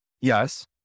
yes